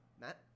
Matt